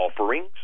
offerings